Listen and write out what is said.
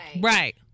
Right